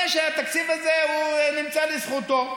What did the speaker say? שהתקציב הזה נמצא לזכותו.